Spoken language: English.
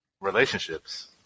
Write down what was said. Relationships